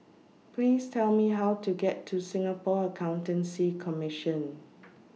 Please Tell Me How to get to Singapore Accountancy Commission